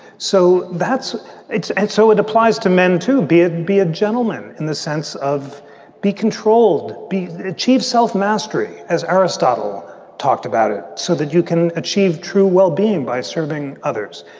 so that's it. and so it applies to men to be it be a gentleman in the sense of be controlled, be achieve self-mastery, as aristotle talked about it, so that you can achieve true well-being by serving others.